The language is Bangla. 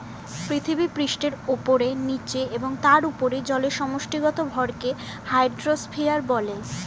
পৃথিবীপৃষ্ঠের উপরে, নীচে এবং তার উপরে জলের সমষ্টিগত ভরকে হাইড্রোস্ফিয়ার বলে